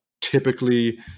Typically